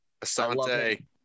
Asante